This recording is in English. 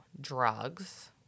drugs